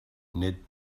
net